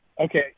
Okay